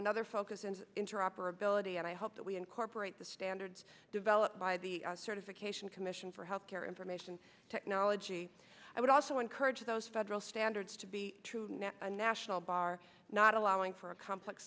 another focus in interoperability and i hope that we incorporate the standards developed by the certification commission for healthcare information technology i would also encourage those federal standards to be a national bar not allowing for a complex